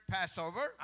Passover